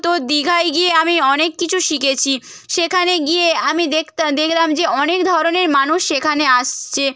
তো দীঘায় গিয়ে আমি অনেক কিছু শিখেছি সেখানে গিয়ে আমি দেখতা দেখলাম যে অনেক ধরনের মানুষ সেখানে আসছে